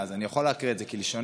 אז אני יכול להקריא אותה כלשונה,